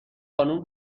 خانم